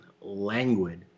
languid